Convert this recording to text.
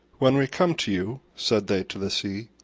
when we come to you, said they to the sea,